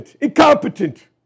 incompetent